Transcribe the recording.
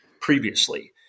previously